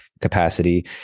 capacity